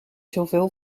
zoveel